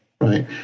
right